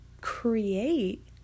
create